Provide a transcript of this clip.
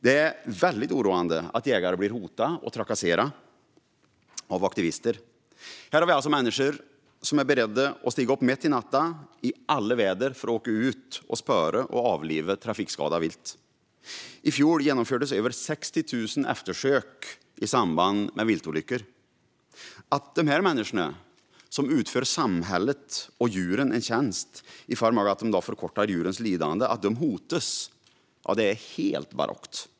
Det är väldigt oroande att jägare blir hotade och trakasserade av aktivister. Här har vi alltså människor som är beredda att stiga upp mitt i natten i alla väder för att åka ut och spåra och avliva trafikskadat vilt. I fjol genomfördes över 60 000 eftersök i samband med viltolyckor. Att dessa människor, som gör samhället och djuren en tjänst genom att de förkortar djurens lidande, hotas är helt barockt.